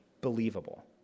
believable